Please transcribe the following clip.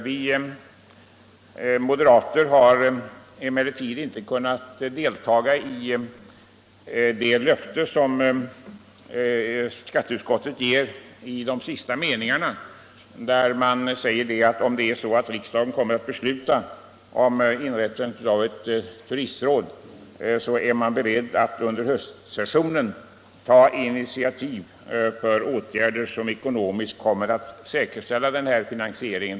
Vi moderater har emellertid inte kunnat ställa oss bakom det löfte som skatteutskottet avger i de sista meningarna i betänkandet, där utskottet säger att om det blir så att riksdagen beslutar om inrättande av ett turistråd, så är utskottet berett att under hösten ta initiativ till åtgärder som ekonomiskt kommer att säkerställa finansieringen.